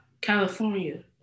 California